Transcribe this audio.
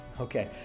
Okay